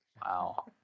Wow